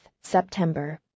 September